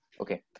Okay